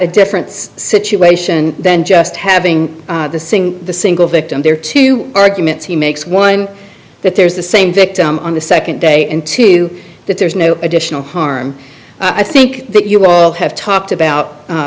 a different situation than just having the sing the single victim there are two arguments he makes one that there's the same victim on the second day in two that there's no additional harm i think that you all have talked about